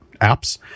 apps